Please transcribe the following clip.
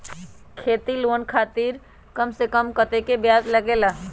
खेती लोन खातीर कम से कम कतेक ब्याज लगेला?